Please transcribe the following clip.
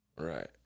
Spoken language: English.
Right